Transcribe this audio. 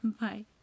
Bye